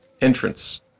entrance